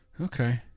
okay